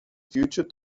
future